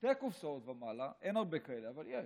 שתי קופסאות ומעלה, אין הרבה כאלה, אבל יש,